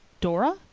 dora!